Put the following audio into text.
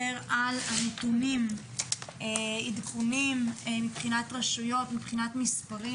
נתונים ועדכונים מבחינת רשויות ומספרים,